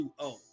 2-0